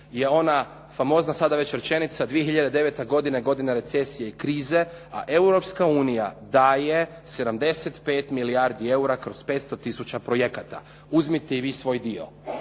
je ona famozna sada već rečenica 2009. godina je godina recesije i krize, a Europska unija daje 75 milijardi eura kroz 500 tisuća projekata. Uzmite i vi svoj dio.